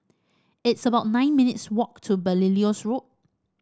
it's about nine minutes' walk to Belilios Road